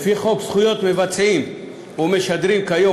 לפי חוק זכויות מבצעים ומשדרים כיום,